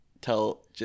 tell